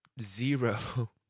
zero